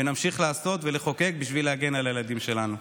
ונמשיך לעשות ולחוקק בשביל להגן על הילדים שלנו,